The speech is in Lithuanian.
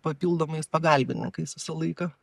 papildomais pagalbininkais visą laiką